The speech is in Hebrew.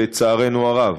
לצערנו הרב.